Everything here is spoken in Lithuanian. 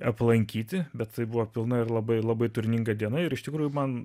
aplankyti bet tai buvo pilna ir labai labai turininga diena ir iš tikrųjų man